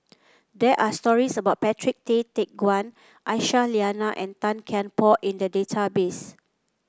there are stories about Patrick Tay Teck Guan Aisyah Lyana and Tan Kian Por in the database